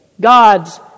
God's